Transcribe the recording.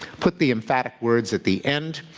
put the emphatic words at the end.